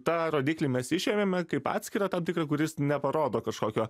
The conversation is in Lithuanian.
tą rodiklį mes išėmėme kaip atskirą tam tikrą kuris neparodo kažkokio